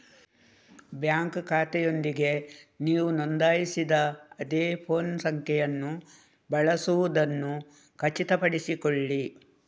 bank ಖಾತೆಯೊಂದಿಗೆ ನೀವು ನೋಂದಾಯಿಸಿದ ಅದೇ ಫೋನ್ ಸಂಖ್ಯೆಯನ್ನು ಬಳಸುವುದನ್ನು ಖಚಿತಪಡಿಸಿಕೊಳ್ಳಿ